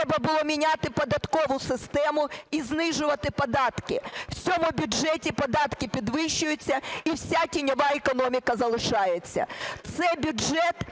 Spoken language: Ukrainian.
треба було міняти податкову систему і знижувати податки. В цьому бюджеті податки підвищуються і вся тіньова економіка залишається.